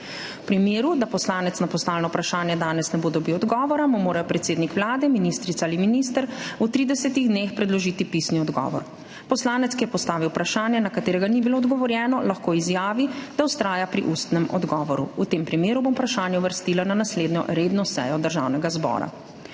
vprašanjem. Če poslanec na postavljeno vprašanje danes ne bo dobil odgovora, mu mora predsednik Vlade, ministrica ali minister v 30 dneh predložiti pisni odgovor. Poslanec, ki je postavil vprašanje, na katero ni bilo odgovorjeno, lahko izjavi, da vztraja pri ustnem odgovoru. V tem primeru bom vprašanje uvrstila na naslednjo redno sejo Državnega zbora.